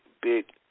big